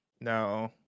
No